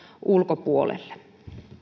ulkopuolelle